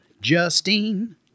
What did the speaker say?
Justine